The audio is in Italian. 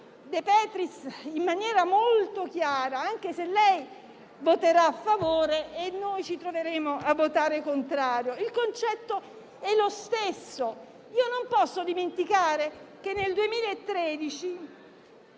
De Petris in maniera molto chiara, anche se lei voterà a favore e io mi troverò a votare contro. Il concetto è lo stesso. Non posso dimenticare che nel 2013